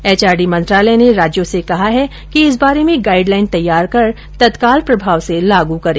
HRD मंत्रालय ने राज्यों से कहा है कि इस बारे में गाईड लाईन तैयार कर तत्काल प्रभाव से लागू करें